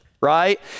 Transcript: right